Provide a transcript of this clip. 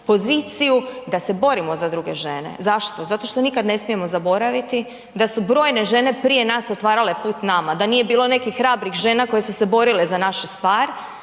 poziciju da se borimo za druge žene. Zašto? Zato što nikad ne smijemo zaboraviti da su brojne žene prije nas otvarale put nama, da nije bilo nekih hrabrih žena koje su se borile za našu stvar,